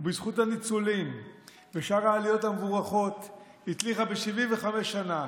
ובזכות הניצולים ושאר העליות המבורכות הצליחה ב-75 שנה